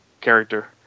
character